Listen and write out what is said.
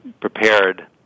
prepared